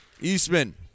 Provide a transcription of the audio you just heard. Eastman